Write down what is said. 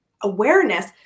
awareness